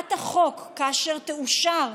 הצעת החוק, כאשר תאושר,